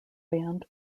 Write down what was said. band